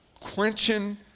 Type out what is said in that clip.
Quenching